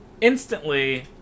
instantly